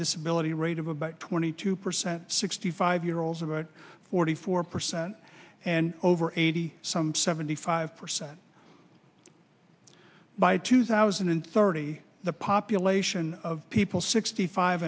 disability rate of about twenty two percent sixty five year olds about forty four percent and over eighty some seventy five percent by two thousand and thirty the population of people sixty five